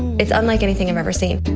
it's unlike anything i've ever seen.